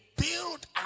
Build